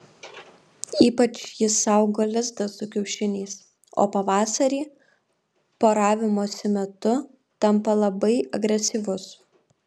ypač jis saugo lizdą su kiaušiniais o pavasarį poravimosi metu tampa labai agresyvus